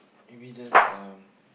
maybe just um